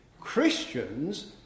Christians